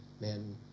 men